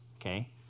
okay